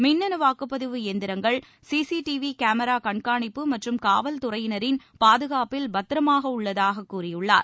மின்னு வாக்குப்பதிவு எந்திரங்கள் சிசிடிவி கேமிரா கண்காணிப்பு மற்றும் காவல்துறையினரின் பாதுகாப்பில் பத்திரமாக உள்ளதாக கூறியுள்ளார்